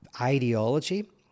ideology